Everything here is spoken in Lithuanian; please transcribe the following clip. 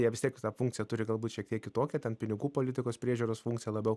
jie vis tiek tą funkciją turi galbūt šiek tiek kitokią ten pinigų politikos priežiūros funkcija labiau